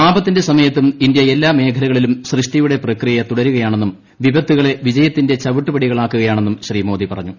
ആപത്തിന്റെ സമയത്തും ഇന്ത്യ എല്ലാ മേഖലകളിലും സൃഷ്ടിയുടെ പ്രക്രിയ തുടരുകയാണെന്നും വിപത്തുകളെ വിജയത്തിന്റെ ചവിട്ടുപടികളാക്കുകയാണെന്നും ശ്രീ മോദി പറഞ്ഞു